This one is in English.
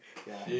ya